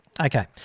okay